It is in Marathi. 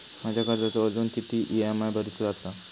माझ्या कर्जाचो अजून किती ई.एम.आय भरूचो असा?